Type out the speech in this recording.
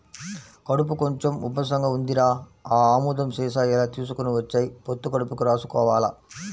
కడుపు కొంచెం ఉబ్బసంగా ఉందిరా, ఆ ఆముదం సీసా ఇలా తీసుకొని వచ్చెయ్, పొత్తి కడుపుకి రాసుకోవాల